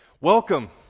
Welcome